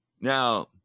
now